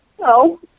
No